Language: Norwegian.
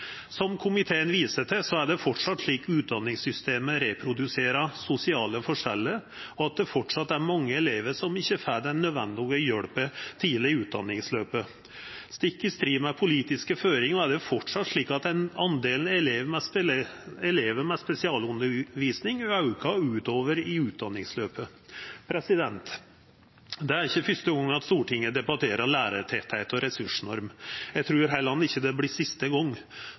Som komiteen viser til, er det framleis slik at utdanningssystemet reproduserer sosiale forskjellar, og at det framleis er mange elevar som ikkje får den nødvendige hjelpa tidleg i utdanningsløpet. Stikk i strid med politiske føringar er det framleis slik at talet på elevar med spesialundervisning aukar utover i utdanningsløpet. Det er ikkje fyrste gongen Stortinget debatterer lærartettleik og ressursnorm. Eg trur heller ikkje det er siste